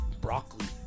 Broccoli